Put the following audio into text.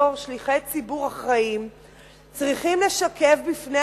בתור שליחי ציבור אחראיים צריכים לשקף בפני